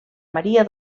maria